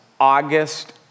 August